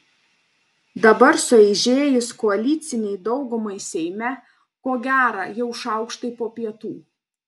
dabar sueižėjus koalicinei daugumai seime ko gera jau šaukštai po pietų